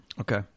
Okay